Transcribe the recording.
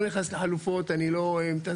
אני לא נכנס לחלופות,